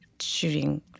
shooting